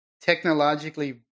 technologically